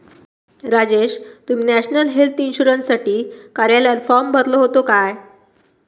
राजेश, तुम्ही national health इन्शुरन्ससाठी कार्यालयात फॉर्म भरलो होतो काय?